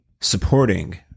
supporting